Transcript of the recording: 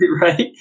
Right